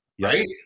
right